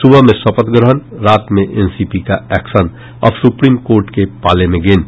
सुबह में शपथ ग्रहण रात में एनसीपी का एक्शन अब सुप्रीम कोर्ट के पाले में गेंद